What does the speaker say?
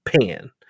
Pan